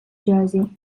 jersey